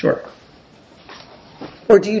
work or do you